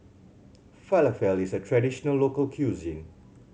falafel is a traditional local cuisine